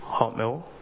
Hotmail